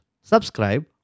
Subscribe